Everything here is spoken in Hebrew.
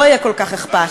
לא יהיה כל כך אכפת.